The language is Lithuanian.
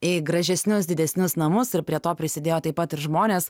į gražesnius didesnius namus ir prie to prisidėjo taip pat ir žmonės